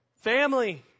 family